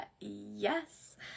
yes